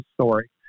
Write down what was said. story